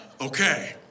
Okay